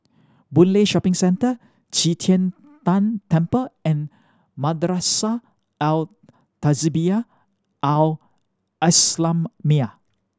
Boon Lay Shopping Centre Qi Tian Tan Temple and Madrasah Al Tahzibiah Al Islamiah